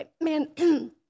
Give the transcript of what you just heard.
man